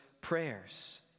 prayers